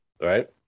right